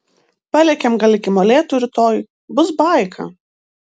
palekiam gal iki molėtų rytoj bus baika